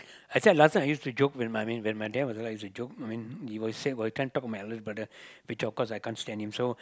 actually I last time I used to joke when my main why my dad also like to joke I mean he will say what can't talk about my eldest brother good job because I can't stand him so